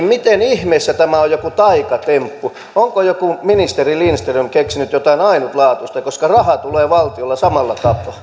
miten ihmeessä tämä on joku taikatemppu onko joku ministeri lindström keksinyt jotain ainutlaatuista koska rahaa tulee valtiolla samalla tapaa